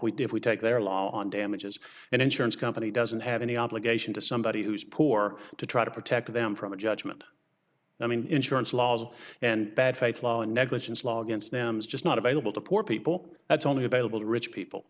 to their law on damages an insurance company doesn't have any obligation to somebody who's poor to try to protect them from a judgment i mean insurance laws and bad faith law and negligence law against them is just not available to poor people that's only available to rich people